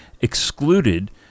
excluded